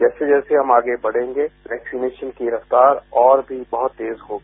जैसै जैसे हम आगे बढ़ेंगे वैक्सीनेशन की रफ्तार और भी बहुत तेज होगी